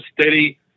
steady